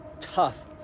tough